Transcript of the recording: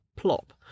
plop